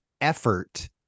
effort